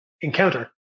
encounter